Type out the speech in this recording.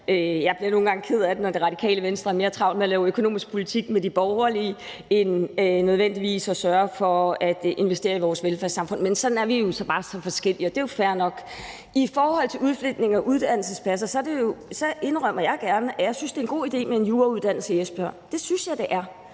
Jeg bliver nogle gange ked af det, når Radikale Venstre har mere travlt med at lave økonomisk politik med de borgerlige end at sørge for at investere i vores velfærdssamfund. Men sådan er vi bare så forskellige, og det er jo fair nok. I forhold til udflytningen af uddannelsespladser indrømmer jeg gerne, at jeg synes, det er en god idé med en jurauddannelse i Esbjerg. Det synes jeg det er.